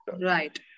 Right